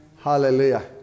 Hallelujah